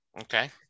Okay